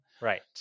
right